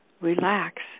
Relax